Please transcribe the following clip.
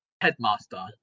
Headmaster